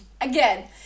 again